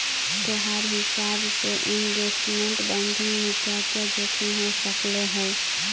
तोहार हिसाब से इनवेस्टमेंट बैंकिंग में क्या क्या जोखिम हो सकलई हे